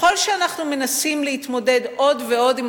ככל שאנחנו מנסים להתמודד עוד ועוד עם